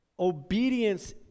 obedience